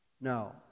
Now